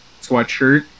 sweatshirt